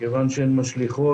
כיוון שהן משליכות